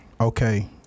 Okay